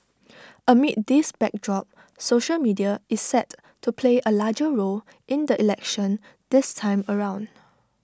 amid this backdrop social media is set to play A larger role in the election this time around